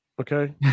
Okay